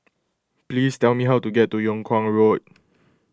please tell me how to get to Yung Kuang Road